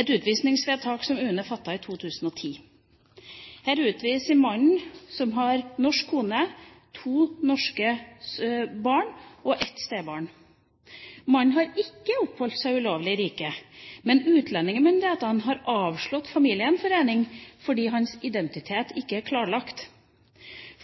et utvisningsvedtak som UNE fattet i 2010: Her utvises mannen, som har norsk kone, to norske barn og ett stebarn. Mannen har ikke oppholdt seg ulovlig i riket, men utlendingsmyndighetene har avslått familiegjenforening fordi hans identitet ikke er klarlagt.